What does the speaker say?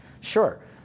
Sure